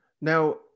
Now